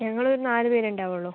ഞങ്ങളൊരു നാലു പേരേ ഉണ്ടാവുകയുള്ളൂ